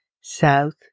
South